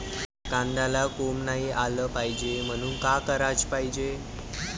कांद्याला कोंब नाई आलं पायजे म्हनून का कराच पायजे?